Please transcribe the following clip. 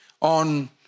on